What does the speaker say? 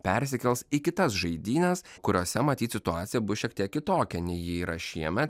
persikels į kitas žaidynes kuriose matyt situacija bus šiek tiek kitokia nei ji yra šiemet